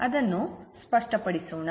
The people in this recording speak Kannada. ಅದನ್ನು ಸ್ಪಷ್ಟಪಡಿಸೋಣ